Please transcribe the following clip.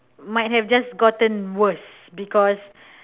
might have just gotten worse because